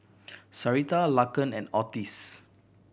Sarita Laken and Ottis